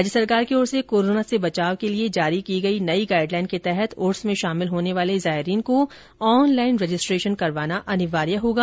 राज्य सरकार की ओर से कोरोना से बचाव के लिए जारी की गई नई गाइड लाइन के तहत उर्स में शामिल होने वाले जायरीन को ऑनलाइन रजिस्ट्रेशन करवाना अनिवार्य होगा